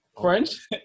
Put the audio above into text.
french